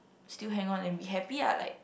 still hang on and be happy ah like